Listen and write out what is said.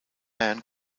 man